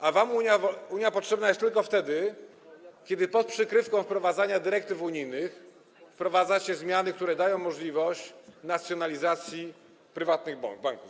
A wam Unia potrzebna jest tylko wtedy, kiedy pod przykrywką wprowadzania dyrektyw unijnych wprowadzacie zmiany, które dają możliwość nacjonalizacji prywatnych banków.